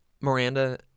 Miranda